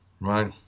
right